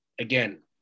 again